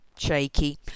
Shaky